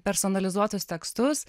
personalizuotus tekstus